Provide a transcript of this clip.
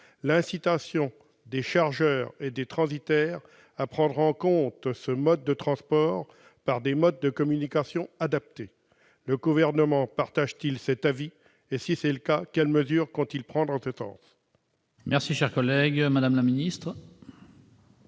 l'incitation des chargeurs et des transitaires à prendre en compte ce mode de transport, par des modes de communication adaptés ». Le Gouvernement partage-t-il cet avis et, si oui, quelles mesures compte-t-il prendre en ce sens ? La parole est à Mme la ministre.